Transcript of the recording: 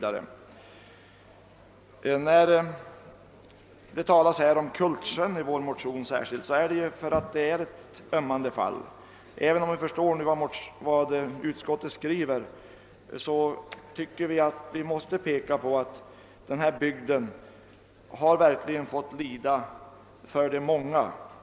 Att vi talar särskilt om Kultsjön i vår motion beror på att den är ett ömmande fall. även om vi förstår vad utskottet skriver, tycker vi att vi måste peka på att denna bygd verkligen har fått lida för de många.